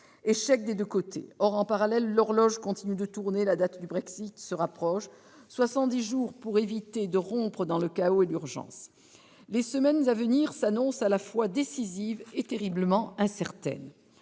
Échec des deux côtés. Or, en parallèle, l'horloge continue de tourner, la date du Brexit se rapproche : soixante-dix jours pour éviter de rompre dans le chaos et l'urgence. Les semaines à venir s'annoncent, à la fois, décisives et terriblement incertaines.